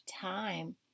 time